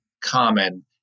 common